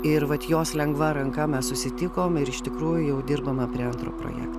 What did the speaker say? ir vat jos lengva ranka mes susitikom ir iš tikrųjų jau dirbame prie antro projekt